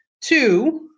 Two